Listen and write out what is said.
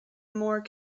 more